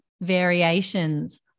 variations